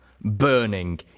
Burning